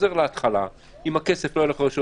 חוזר להתחלה אם הכסף לא היה הולך לרשויות